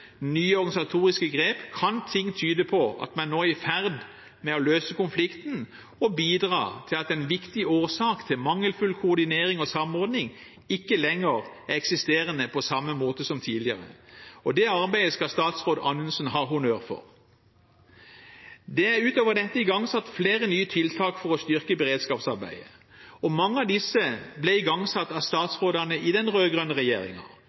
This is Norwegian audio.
nye organisatoriske grep kan ting tyde på at man nå er i ferd med å løse konflikten og bidra til at en viktig årsak til mangelfull koordinering og samordning ikke lenger er eksisterende på samme måte som tidligere. Det arbeidet skal statsråd Anundsen ha honnør for. Det er utover dette igangsatt flere nye tiltak for å styrke beredskapsarbeidet, og mange av disse ble igangsatt av statsrådene i den